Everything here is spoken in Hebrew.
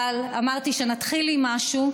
אבל אמרתי שנתחיל עם משהו,